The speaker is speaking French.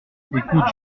ecoute